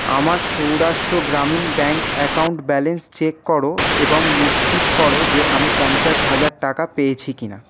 আমার Saurashtra Gramin bank account balance check করো এবং নিশ্চিত করো যে আমি পঞ্চাশ হাজার টাকা পেয়েছি কি না